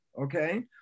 okay